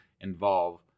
involve